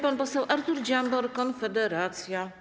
Pan poseł Artur Dziambor, Konfederacja.